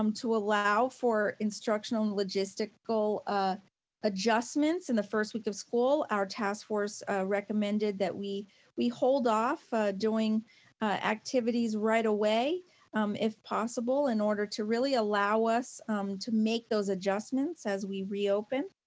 um to allow for instructional and logistical ah adjustments in the first week of school, our task force recommended that we we hold off doing activities right away if possible in order to really allow us to make those adjustments as we re-open.